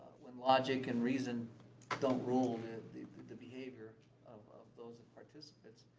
when logic and reason don't rule the the behavior of of those and participants.